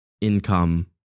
income